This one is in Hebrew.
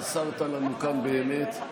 חסרת לנו כאן באמת.